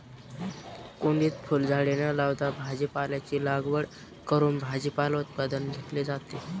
कुंडीत फुलझाडे न लावता भाजीपाल्याची लागवड करून भाजीपाला उत्पादन घेतले जाते